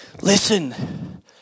Listen